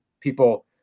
people